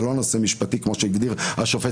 זה לא נושא משפטי כמו שהגדיר השופט